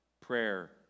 prayer